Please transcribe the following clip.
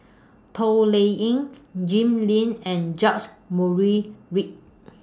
Toh Liying Jim Lim and George Murray Reith